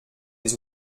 les